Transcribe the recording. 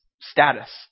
status